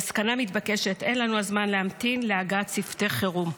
המסקנה מתבקשת: אין לנו הזמן להמתין להגעת צוותי חירום.